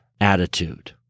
attitude